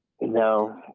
No